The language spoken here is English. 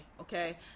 okay